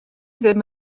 ddim